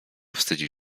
wstydził